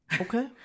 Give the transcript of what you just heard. Okay